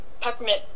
peppermint